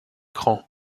craon